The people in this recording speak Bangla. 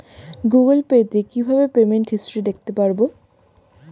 গুগোল পে তে কিভাবে পেমেন্ট হিস্টরি দেখতে পারবো?